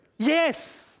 Yes